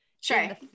Sure